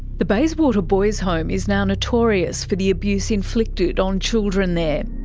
the bayswater boys home is now notorious for the abuse inflicted on children there.